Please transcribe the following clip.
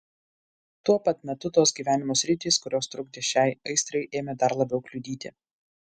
tuo pat metu tos gyvenimo sritys kurios trukdė šiai aistrai ėmė dar labiau kliudyti